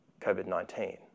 COVID-19